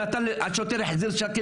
השוטר החזיר ---.